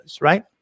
right